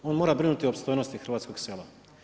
On mora brinuti o opstojnosti hrvatskoga sela.